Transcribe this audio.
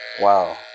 Wow